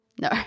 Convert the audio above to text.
No